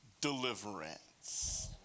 deliverance